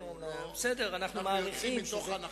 אנחנו יוצאים מתוך הנחה,